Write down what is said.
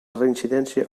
reincidència